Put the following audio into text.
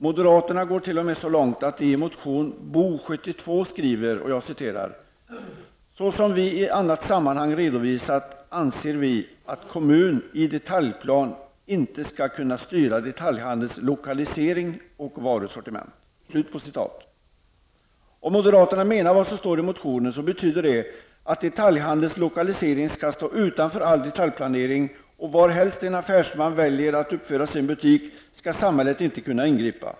Moderaterna går t.o.m. så långt att de i motion Bo72 skriver: ''Så som vi i annat sammanhang redovisat anser vi att kommun i detaljplan inte skall kunna styra detalhandelns lokalisering och varusortiment.'' Om moderaterna menar vad som står i motionen betyder det att detaljhandelns lokalisering skall stå utanför all detaljplanering, och varhelst en affärsman väljer att uppföra sin butik skall samhället inte kunna ingripa.